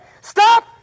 Stop